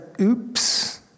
oops